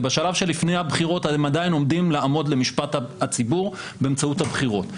בשלב שלפני בחירות הם עדיין עומדים לעמוד למשפט הציבור באמצעות הבחירות.